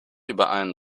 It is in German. überein